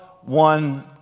one